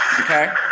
Okay